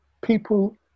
people